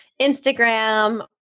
Instagram